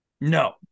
No